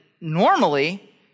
normally